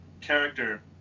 character